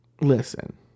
listen